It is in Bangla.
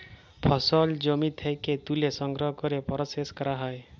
ফসল জমি থ্যাকে ত্যুলে সংগ্রহ ক্যরে পরসেস ক্যরা হ্যয়